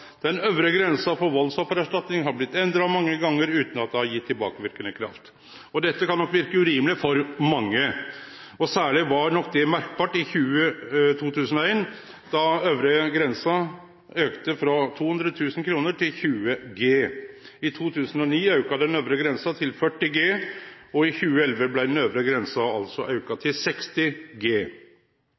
Den øvre grensa for valdsoffererstatning har blitt endra mange gongar utan at det har gjeve tilbakeverkande kraft. Dette kan nok verke urimeleg for mange, og særleg var det nok merkbart i 2001, da øvre grense auka frå 200 000 kr til 20 G. I 2009 auka den øvre grensa til 40 G, og i 2011 blei den øvre grensa altså auka til 60 G.